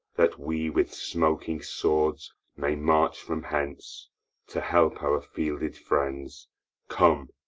that we with smoking swords may march from hence to help our fielded friends come,